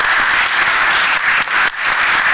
(מחיאות כפיים)